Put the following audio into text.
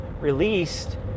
released